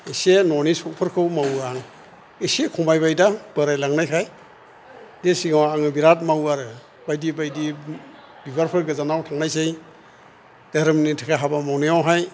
एसे न'नि सकफोरखौ मावो आं एसे खमायबायदां बोरायलांनायखाय दि सिगाङाव आङो बिरात मावो आरो बायदि बायदि बिबारफोर गोजानआव थांनायसै धोरोमनि थाखाय हाबा मावनायावहाय